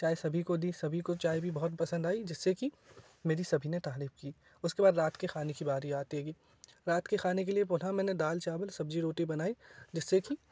चाय सभी को दी सभी को चाय भी बहुत पसंद आई जिससे कि मेरी सभी ने तारीफ की उसके बाद रात के खाने कि बारी आती है कि रात के खाने के लिए पुनः मैंने दाल चावल सब्जी रोटी बनाई जिससे की